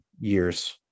years